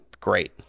great